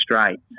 straight